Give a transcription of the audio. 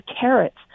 carrots